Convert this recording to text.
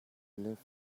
live